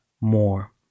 more